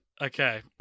Okay